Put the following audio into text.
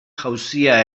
jauzia